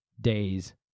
days